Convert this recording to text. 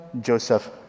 Joseph